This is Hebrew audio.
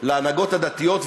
להנהגות הדתיות,